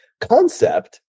concept